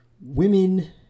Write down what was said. women